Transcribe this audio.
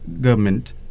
government